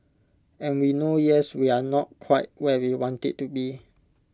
and we know yes we are not quite where we want IT to be